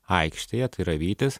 aikštėje tai yra vytis